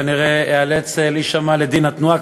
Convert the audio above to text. כנראה איאלץ להישמע לדין התנועה,